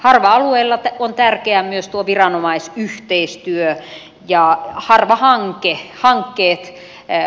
harva alueilla ovat tärkeitä myös viranomaisyhteistyö ja harva hankkeet